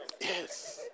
yes